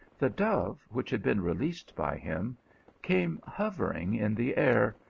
the dove which had been released by him came hovering in the air.